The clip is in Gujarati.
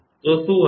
તો શું થશે